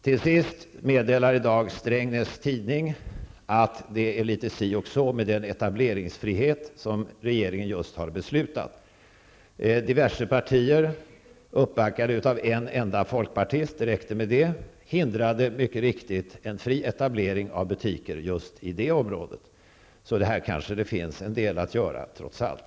Till sist meddelar i dag Strengnäs Tidning att det är litet si och så med den etableringsfrihet som regeringen just har beslutat om. Diverse partier uppbackade av en enda folkpartist, det räckte med det, hindrade mycket riktigt en fri etablering av butiker i det aktuella området. Det finns kanske en del att göra här trots allt.